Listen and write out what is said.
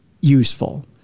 useful